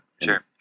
sure